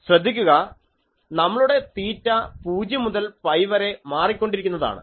ശ്രദ്ധിക്കുക നമ്മളുടെ തീറ്റ പൂജ്യം മുതൽ പൈ വരെ മാറിക്കൊണ്ടിരിക്കുന്നതാണ്